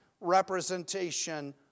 representation